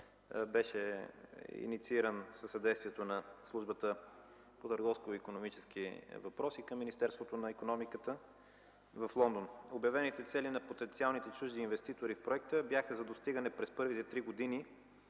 беше иницииран със съдействието на Службата по търговско-икономически въпроси към Министерството на икономиката, енергетиката и туризма в Лондон. Обявените цели на потенциалните чужди инвеститори в проекта бяха за достигане през първите три години